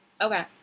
Okay